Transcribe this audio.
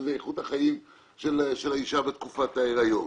שזה איכות החיים של האישה בתקופת ההריון,